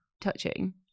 touching